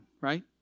right